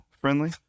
friendly